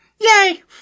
Yay